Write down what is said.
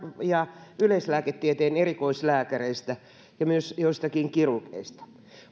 ja yleislääketieteen erikoislääkäreistä ja myös joistakin kirurgeista